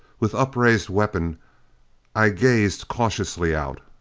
with upraised weapon i gazed cautiously out.